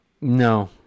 no